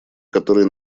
который